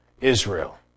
Israel